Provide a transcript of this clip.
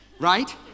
Right